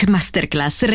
Masterclass